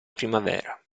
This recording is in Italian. primavera